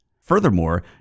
Furthermore